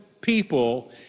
people